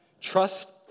Trust